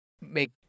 make